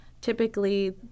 Typically